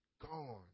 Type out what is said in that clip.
gone